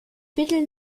viertel